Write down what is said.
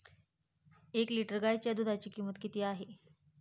एक लिटर गाईच्या दुधाची किंमत किती आहे?